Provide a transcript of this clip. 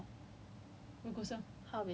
but he's really smart I'm just like !wow!